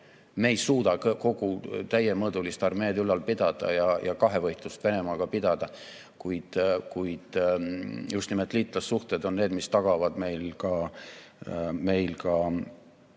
Me ei suuda kogu täiemõõdulist armeed ülal pidada ja kahevõitlust Venemaaga pidada. Kuid just nimelt liitlassuhted on need, mis tagavad meil ka